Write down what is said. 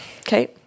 Okay